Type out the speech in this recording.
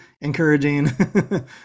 encouraging